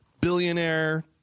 Billionaire